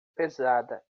pesada